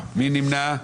מי נמנע?